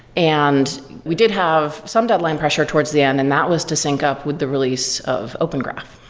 and we did have some deadline pressure towards the end and that was to sync up with the release of open graph.